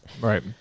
Right